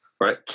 right